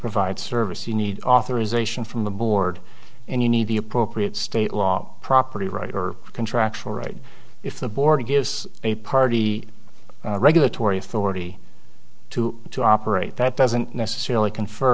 provide service you need authorisation from the board and you need the appropriate state law property rights or contractual rights if the board gives a party regulatory authority to to operate that doesn't necessarily